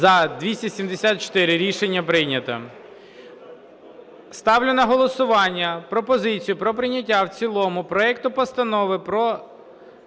За-274 Рішення прийнято. Ставлю на голосування пропозицію про прийняття в цілому проекту Постанови про